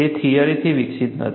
તે થિયરીથી વિકસિત નથી